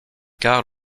karl